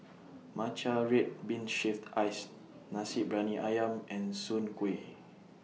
Matcha Red Bean Shaved Ice Nasi Briyani Ayam and Soon Kway